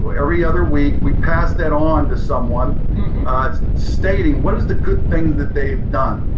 ah every other week, we pass that on to someone stating what is the good things that they've done?